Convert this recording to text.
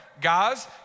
guys